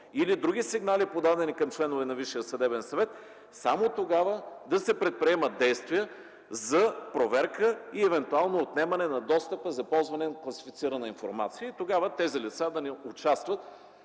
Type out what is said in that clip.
или други сигнали, подадени към членове на Висшия съдебен съвет, само тогава да се предприемат действия за проверка и евентуално отнемане на достъпа за ползване на класифицирана информация. Тогава тези лица да не участват